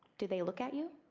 do they look at you?